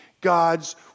God's